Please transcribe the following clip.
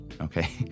okay